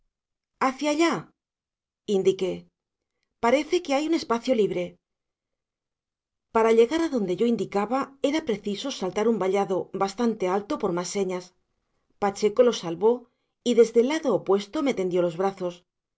hacia allá indiqué parece que hay un espacio libre para llegar a donde yo indicaba era preciso saltar un vallado bastante alto por más señas pacheco lo salvó y desde el lado opuesto me tendió los brazos